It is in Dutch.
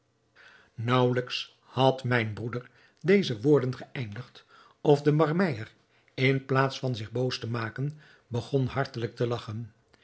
naauwelijks had mijn broeder deze woorden geëindigd of de barmeyer in plaats van zich boos te maken begon hartelijk te lagchen